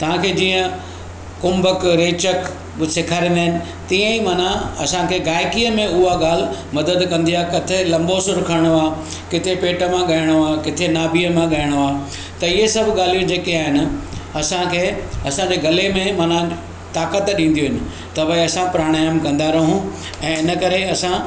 तव्हांखे जीअं कुम्भक रेचक सेखारींदा आहिनि तीअं ई माना असां खे गाइकीअ में हुअ ॻाल्हि मदद कंदी आहे किथे लम्बो सुरु खणिणो आहे किथे पेट मां ॻाइणो आहे किथे नाभीअ मां ॻाइणो आहे त इहे सभु ॻाल्हियूं जेके आहिनि असांखे असांजे गले में माना ताक़त ॾींदियूं आहिनि त भई असां प्राणायाम कंदा रहूं ऐं हिनकरे असां